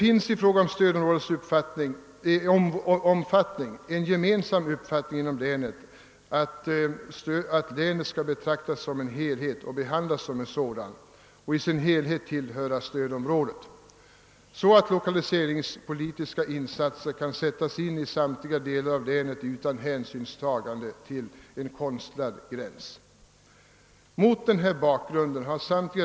I fråga om stödområdets omfattning finns en gemensam uppfattning inom länet, att länet skall betraktas och behandlas som en enhet och i sin helhet tillhöra stödområdet, så att lokaliseringspolitiska insatser kan sättas in i samtliga delar utan hänsynstagande till en konstlad gräns.